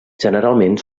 generalment